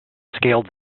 scaled